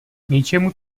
ničemu